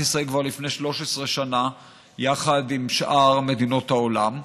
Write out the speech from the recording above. ישראל כבר לפני 13 שנה יחד עם שאר מדינות העולם,